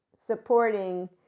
supporting